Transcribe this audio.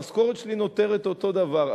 המשכורת שלי נותרת אותו דבר.